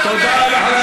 תודה רבה לחבר הכנסת.